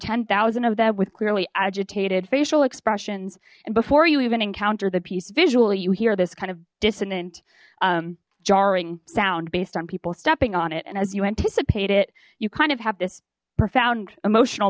ten thousand of them with clearly agitated facial expressions and before you even encounter the piece visually you hear this kind of dissonant jarring sound based on people stepping on it and as you anticipate it you kind of have this profound emotional